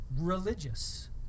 religious